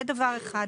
זה דבר אחד.